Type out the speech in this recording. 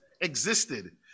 existed